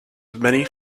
many